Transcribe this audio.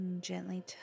Gently